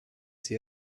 sie